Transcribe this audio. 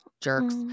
jerks